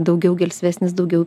daugiau gelsvesnis daugiau